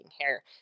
hair